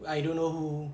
I don't know who